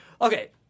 Okay